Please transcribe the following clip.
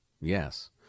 yes